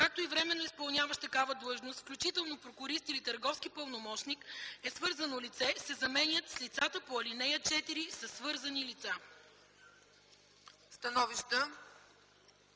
както и временно изпълняващ такава длъжност, включително прокурист или търговски пълномощник, е свързано лице” се заменят с „лицата по ал. 4 са свързани лица”.”